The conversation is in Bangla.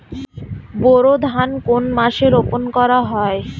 বোরো ধান কোন মাসে রোপণ করা হয়?